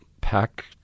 pack